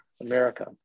America